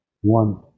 One